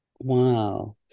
Wow